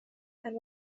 and